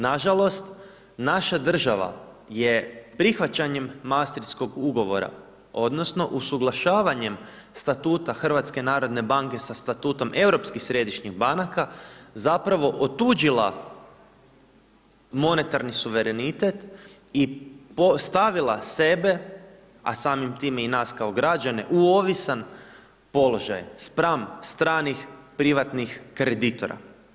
Nažalost, naša država je prihvaćanjem Masterskog ugovora odnosno usuglašavanjem Statuta HNB-a sa Statutom Europskih središnjih banaka zapravo otuđila monetarni suverenitet i stavila sebe, a samim time i nas kao građane u ovisan položaj spram stranih privatnih kreditora.